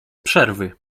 przerwy